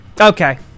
okay